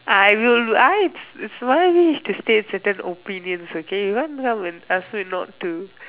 I will write it's my wish to say certain opinions okay you can't come and ask me not to